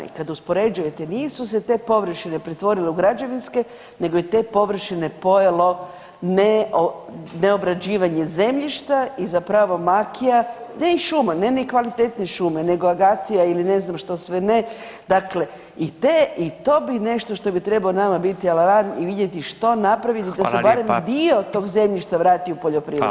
I kad uspoređujete nisu se te površine pretvorile u građevinske nego je te površine pojelo neobrađivanje zemljišta i zapravo makija, ne i šuma, ne nekvalitetne šume nego agacija ili ne znam što sve ne, dakle i te i to bi nešto što bi trebao biti nama alarm i vidjeti što napraviti da se barem dio [[Upadica: Hvala lijepa.]] tog zemljišta vrati u poljoprivredno.